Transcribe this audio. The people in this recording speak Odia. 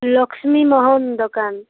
ଲକ୍ଷ୍ନୀ ମୋହନ ଦୋକାନ